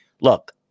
Look